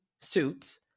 suits